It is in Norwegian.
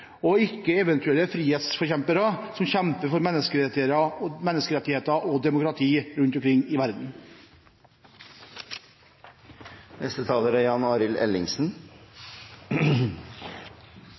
og ikke eventuelle frihetsforkjempere som kjemper for menneskerettigheter og demokrati rundt omkring i verden.